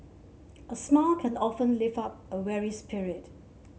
a smile can often lift up a weary spirit